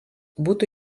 būtų